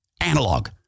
analog